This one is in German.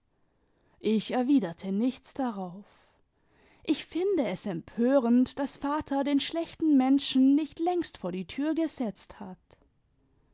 ich erwiderte nichts darauf ich finde es empörend daß vater den schlechten menschen nicht längst vor die tür gesetzt hat